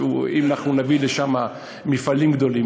אם אנחנו נביא לשם מפעלים גדולים,